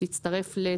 הקפה(1)תצטרף ל...